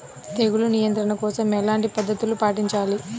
తెగులు నియంత్రణ కోసం ఎలాంటి పద్ధతులు పాటించాలి?